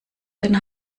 den